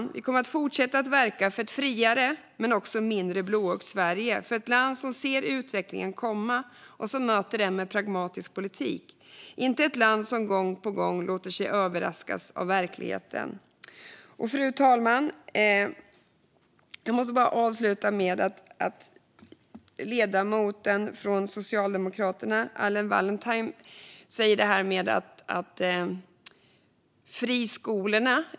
Men vi kommer att fortsätta att verka för ett friare men också mindre blåögt Sverige - för ett land som ser utvecklingen komma och som möter den med pragmatisk politik, inte ett land som gång på gång låter sig överraskas av verkligheten. Fru talman! Jag måste avsluta med att ta upp det som ledamoten från Socialdemokraterna, Anna Wallentheim, sa om friskolor.